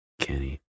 Kenny